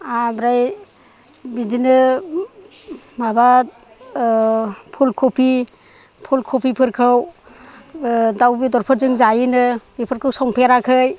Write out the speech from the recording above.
आमफ्राय बिदिनो माबा फुल खफि फुल खफिफोरखौ दाउ बेदरफोरजों जायोनो बेफोरखौ संफेराखै